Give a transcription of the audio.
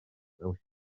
mewn